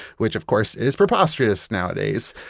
which, of course, is preposterous nowadays.